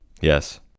Yes